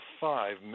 five